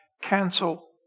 cancel